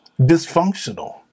dysfunctional